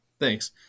Thanks